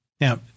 Now